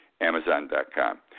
Amazon.com